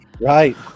Right